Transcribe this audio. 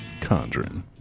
Condren